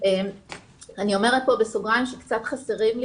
אני אומרת בסוגריים שקצת חסרים לי